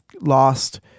lost